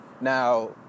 Now